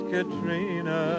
Katrina